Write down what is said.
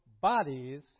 bodies